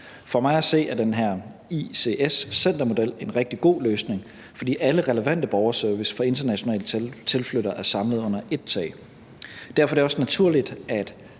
For mig at se er den her ICS-center-model en rigtig god løsning, fordi alle relevante borgerservicer for internationale tilflyttere er samlet under ét tag. Derfor er det også naturligt,